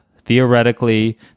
Theoretically